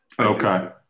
Okay